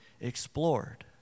explored